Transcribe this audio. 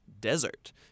desert